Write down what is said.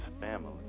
family